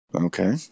Okay